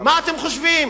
מה אתם חושבים,